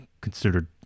considered